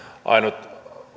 ainut